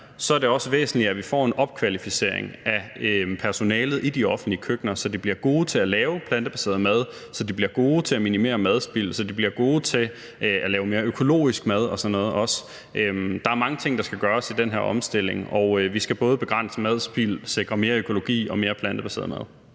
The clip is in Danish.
at det også er væsentligt, at vi får en opkvalificering af personalet i de offentlige køkkener, så de bliver gode til at lave plantebaseret mad; så de bliver gode til at minimere madspild; så de også bliver gode til at lave mere økologisk mad og sådan noget. Der er mange ting, der skal gøres i den her omstilling, og vi skal både begrænse madspild, sikre mere økologi og mere plantebaseret mad.